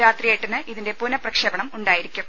രാത്രി എട്ടിന് ഇതിന്റെ പുനഃപ്രക്ഷേപണം ഉണ്ടായിരിക്കും